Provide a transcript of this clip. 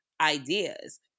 ideas